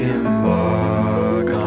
embark